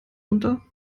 unter